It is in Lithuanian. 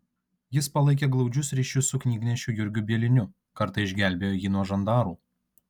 jis palaikė glaudžius ryšius su knygnešiu jurgiu bieliniu kartą išgelbėjo jį nuo žandaru